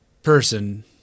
Person